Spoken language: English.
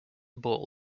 ball